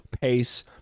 pace